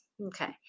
Okay